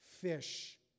fish